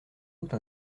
doute